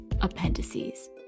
appendices